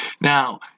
Now